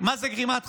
על מהי גרימת חבלה.